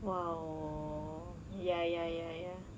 !wow! ya ya ya ya